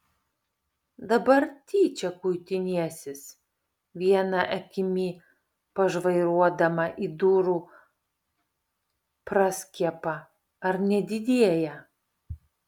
dabar tyčia kuitinėsis viena akimi pažvairuodama į durų praskiepą ar nedidėja